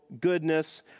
goodness